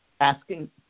asking